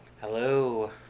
Hello